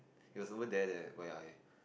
it was over there that where I